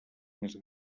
més